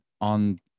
on